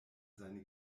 seine